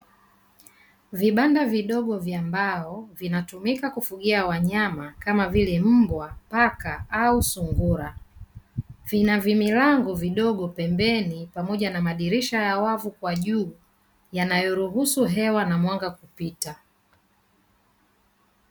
Vibanda vidogo vya mbao vinatumika kufugia wanyama kama zile mbwa, paka au sungura, vina vimilango vidogo pembeni pamoja na madirisha ya wavu kwa juu yanayoruhusu hewa na mwanga kupita.